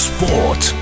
Sport